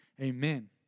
Amen